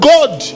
God